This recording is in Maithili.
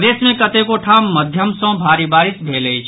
प्रदेश मे कतेको ठाम मध्यम सॅ भारी बारिश भेल अछि